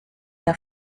der